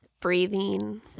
breathing